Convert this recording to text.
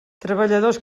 treballadors